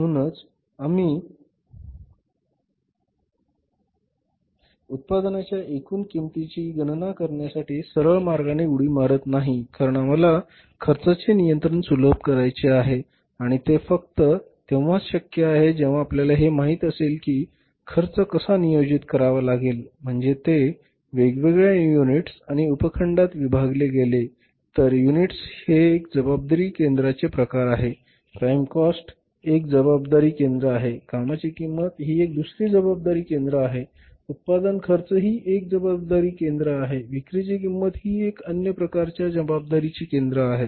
म्हणूनच आम्ही उत्पादनाच्या एकूण किंमतीची गणना करण्यासाठी सरळ मार्गाने उडी मारत नाही कारण आम्हाला खर्चाचे नियंत्रण सुलभ करायचे आहे आणि ते फक्त तेव्हाच शक्य आहे जेव्हा आपल्याला हे माहित असेल की खर्च कसा नियंत्रित करावा लागेल म्हणजे ते वेगवेगळ्या युनिट्स आणि उपखंडात विभागले गेले तर युनिट्स हे एक जबाबदारी केंद्रांचे प्रकार आहे प्राइम कॉस्ट एक जबाबदारी केंद्र आहे कामाची किंमत ही एक दुसरी जबाबदारी केंद्र आहे उत्पादन खर्च ही एक जबाबदारीची केंद्र आहे विक्रीची किंमत ही एक अन्य जबाबदारीची केंद्रे आहेत